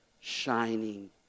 shining